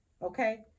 Okay